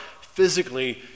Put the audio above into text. physically